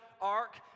ark